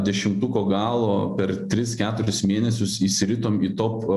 dešimtuko galo per tris keturis mėnesius įsiritom į top